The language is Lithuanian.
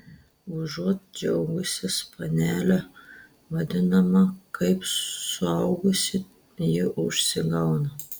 užuot džiaugusis panele vadinama kaip suaugusi ji užsigauna